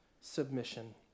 submission